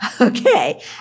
Okay